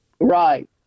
right